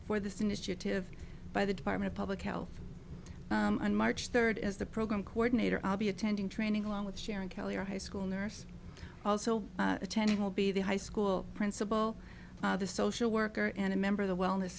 for this initiative by the department of public health on march third as the program coordinator i'll be attending training along with sharon kelly our high school nurse also attending will be the high school principal the social worker and a member of the wellness